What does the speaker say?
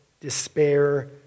despair